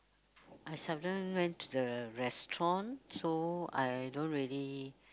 I seldom went to the restaurant so I don't really